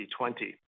2020